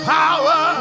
power